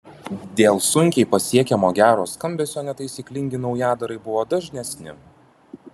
dėl sunkiai pasiekiamo gero skambesio netaisyklingi naujadarai buvo dažnesni